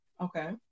okay